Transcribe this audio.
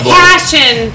passion